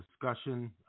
discussion